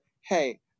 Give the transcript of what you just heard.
hey